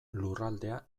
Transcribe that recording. lurraldea